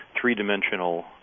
three-dimensional